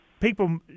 People